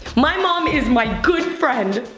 my mom is my good friend.